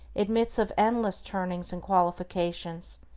admits of endless turnings and qualifications,